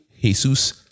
Jesus